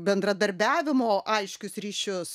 bendradarbiavimo aiškius ryšius